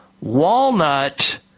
walnut